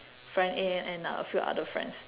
friend A and a few other friends